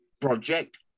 Project